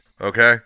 Okay